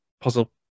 puzzle